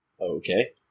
Okay